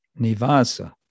Nivasa